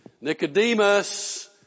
Nicodemus